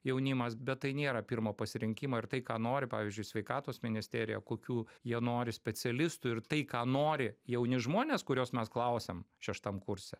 jaunimas bet tai nėra pirmo pasirinkimo ir tai ką nori pavyzdžiui sveikatos ministerija kokių jie nori specialistų ir tai ką nori jauni žmonės kuriuos mes klausiam šeštam kurse